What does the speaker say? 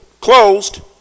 Closed